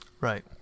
Right